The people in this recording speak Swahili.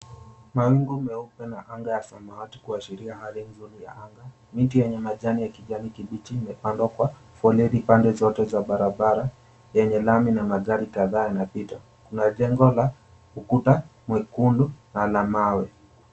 Mawingu meupe na anga ya samawati watu kuashiria hali nzuri ya anga. Miti yenye majani ya kijani kibichi yamepandwa kwa foleni pande zote za barabara yenye lami na magari kadhaa yanapita. Kuna jengo la ukuta mwekundu na la mawe.